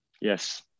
Yes